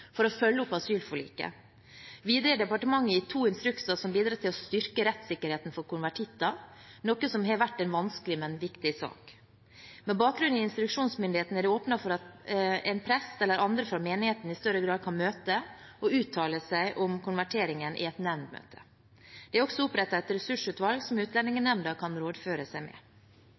for å følge opp asylforliket. Videre har departementet gitt to instrukser som bidrar til å styrke rettssikkerheten for konvertitter, noe som har vært en vanskelig, men viktig sak. Med bakgrunn i instruksjonsmyndigheten er det åpnet for at en prest eller andre fra menigheten i større grad kan møte og uttale seg om konverteringen i et nemndmøte. Det er også opprettet et ressursutvalg som Utlendingsnemnda kan rådføre seg med.